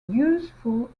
useful